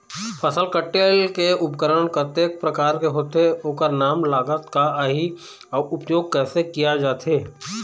फसल कटेल के उपकरण कतेक प्रकार के होथे ओकर नाम लागत का आही अउ उपयोग कैसे किया जाथे?